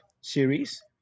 series